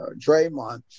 Draymond